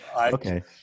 Okay